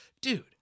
dude